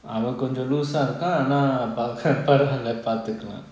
அவன் கொஞ்சம்:avan konjam lose eh இருக்கான் ஆனா பரவலா பாத்துக்கலாம்:irukan aana paravala paathukalam